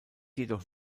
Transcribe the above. jedoch